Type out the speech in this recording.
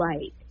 light